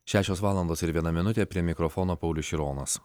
šešios valandos ir viena minutė prie mikrofono paulius šironas